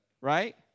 right